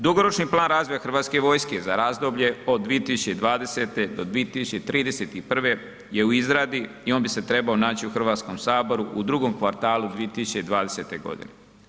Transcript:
Dugoročni plan razvoja Hrvatske vojske za razdoblje od 2020. do 2031. je u izradi i on bi se trebao naći u Hrvatskom saboru u drugom kvartalu 2020. godine.